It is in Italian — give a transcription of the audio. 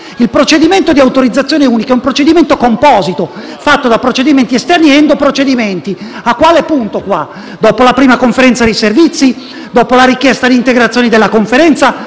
dire? Quello di autorizzazione unica è un procedimento composito, fatto da procedimenti esterni ed endoprocedimenti; a quale punto non si applica? Dopo la prima conferenza di servizi? Dopo la richiesta di integrazione della conferenza?